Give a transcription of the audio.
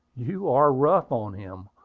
you are rough on him.